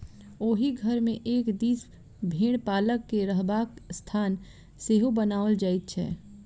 ओहि घर मे एक दिस भेंड़ पालक के रहबाक स्थान सेहो बनाओल जाइत छै